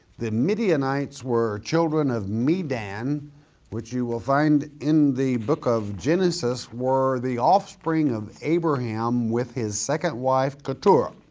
the midianites were children of midian, which you will find in the book of genesis were the offspring of abraham with his second wife keturah.